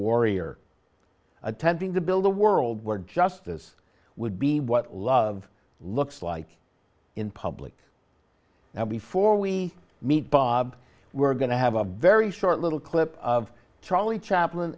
warrior attending the build a world where justice would be what love looks like in public now before we meet bob we're going to have a very short little clip of charlie chaplin